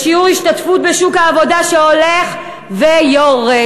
לשיעור השתתפות בשוק העבודה שהולך ויורד.